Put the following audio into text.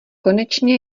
konečně